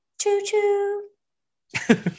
Choo-choo